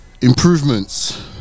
Improvements